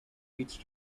each